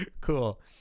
Cool